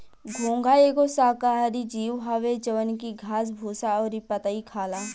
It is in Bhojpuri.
घोंघा एगो शाकाहारी जीव हवे जवन की घास भूसा अउरी पतइ खाला